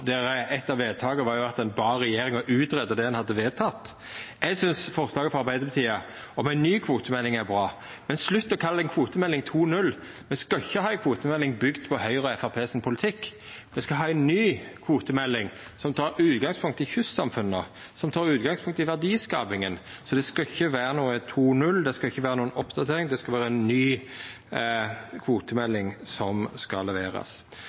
der eitt av vedtaka var at ein bad regjeringa greia ut det ein hadde vedteke. Eg synest forslaget frå Arbeidarpartiet om ei ny kvotemelding er bra, men slutt å kalla det ei kvotemelding 2.0. Me skal ikkje ha ei kvotemelding bygd på Høgre og Framstegspartiets politikk, me skal ha ei ny kvotemelding som tek utgangspunkt i kystsamfunna, som tek utgangspunkt i verdiskapinga. Så det skal ikkje vera noko 2.0, det skal ikkje vera noko oppdatering, det skal vera ei ny kvotemelding som skal leverast.